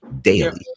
daily